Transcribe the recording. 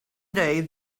day